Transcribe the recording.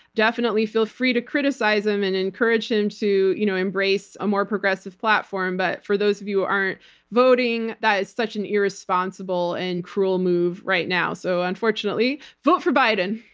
definitely feel free to criticize him and encourage him to you know embrace a more progressive platform, but for those of you who aren't voting, that is such an irresponsible and cruel move right now. so unfortunately, vote for biden.